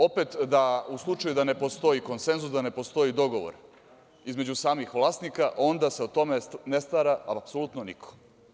Opet, u slučaju da ne postoji konsenzus, da ne postoji dogovor između samih vlasnika, onda se o tome ne stara apsolutno niko.